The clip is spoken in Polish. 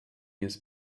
jest